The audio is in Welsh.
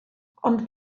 ond